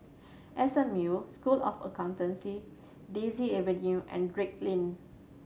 S M U School of Accountancy Daisy Avenue and Drake Lane